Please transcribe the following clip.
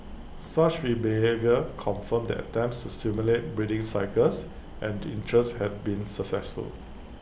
such be behaviour confirmed that attempts to stimulate breeding cycles and interest had been successful